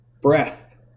breath